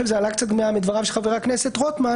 אני חושב שזה עלה קצת מדבריו של חבר הכנסת רוטמן,